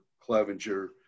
Clevenger